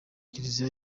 kiliziya